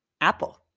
Apple